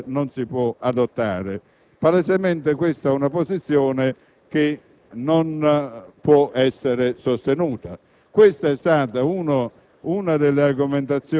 oppure il decreto‑legge non si può adottare. Palesemente, tale posizione non può essere sostenuta. Questa è stata una